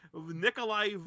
Nikolai